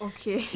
Okay